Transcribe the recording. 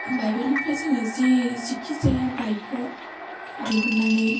बाइबेलनिफ्राय जोङो जिखि जाया बाइख' दिहुन्नानै